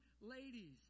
ladies